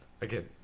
Again